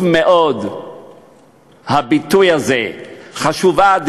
הביטוי הזה חשוב מאוד,